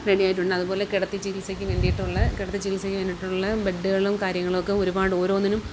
റെഡിയായിട്ടുണ്ട് അതുപോലെ കിടത്തി ചികിത്സക്ക് വേണ്ടിയിട്ടുള്ള കിടത്തി ചികിത്സക്ക് വേണ്ടിയിട്ടുള്ള ബെഡ്ഡുകളും കാര്യങ്ങളൊക്കെ ഒരുപാടോരോന്നിനും